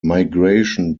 migration